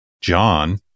John